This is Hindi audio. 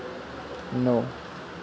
नौ